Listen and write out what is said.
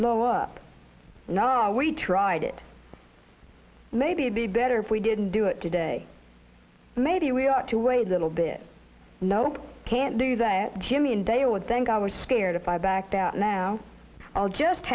blow up now we tried it maybe be better if we didn't do it today maybe we ought to wait a little bit nope can't do that jimmy and they would think i was scared if i backed out now i'll just